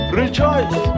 rejoice